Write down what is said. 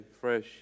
fresh